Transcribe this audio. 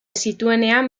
zituenean